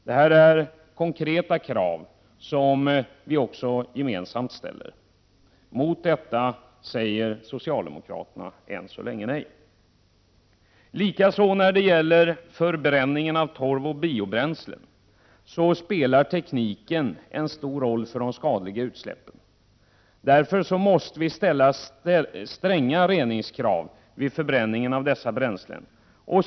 Detta är konkreta krav som vi ställer gemensamt. Till detta säger socialdemokraterna än så länge nej. Även när det gäller förbränningen av torv och biobränsle spelar tekniken en stor roll för de skadliga utsläppen. Därför måste vi ställa stränga krav på rening vid förbränning av dessa bränslen.